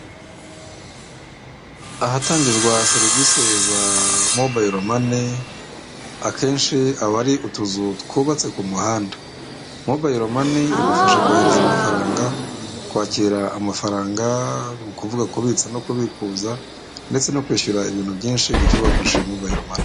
Ahatangirwa ha serivisi za mobayiro mani, akenshi aba ari utuzu twubatse ku muhanda. Mobayiro mani igufasha kohereza amafaranga, kwakira amafaranga, kuvuga kubitsa no kubikuza ndetse no kwishyura ibintu byinshi bityo bakoresheje mobayiro mani.